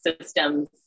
systems